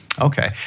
Okay